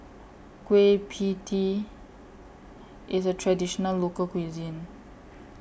Kueh PIE Tee IS A Traditional Local Cuisine